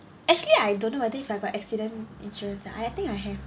actually I don't know whether if I got accident insurance ah I think I have